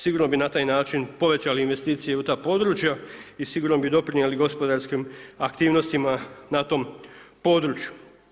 Sigurno bi na taj način povećali investicije u ta područja i sigurno bi doprinijeli gospodarskim aktivnostima na tom području.